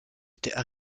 étaient